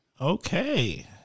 Okay